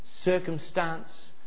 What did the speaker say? circumstance